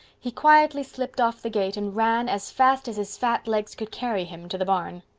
he quietly slipped off the gate and ran, as fast as his fat legs could carry him, to the barn.